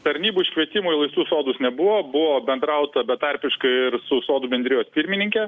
tarnybų iškvietimo į laistų sodus nebuvo buvo bendrauta betarpiškai ir su sodų bendrijos pirmininke